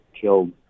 killed